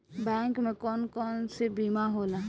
Bank में कौन कौन से बीमा होला?